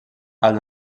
als